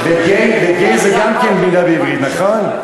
וגיי זו גם מילה בעברית, נכון?